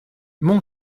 mon